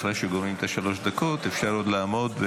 אחרי שגומרים את שלוש הדקות אפשר עוד לעמוד.